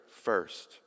first